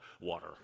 water